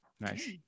Nice